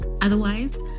Otherwise